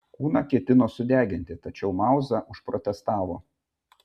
kūną ketino sudeginti tačiau mauza užprotestavo